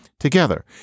together